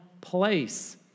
place